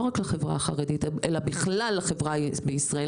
לא רק לחברה החרדית אלא בכלל לחברה בישראל